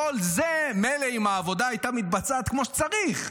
כל זה מילא, אם העבודה הייתה מתבצעת כמו שצריך.